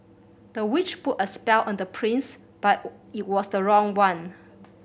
the witch put a spell on the prince but it was the wrong one